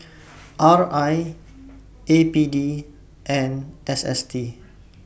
R I A P D and S S T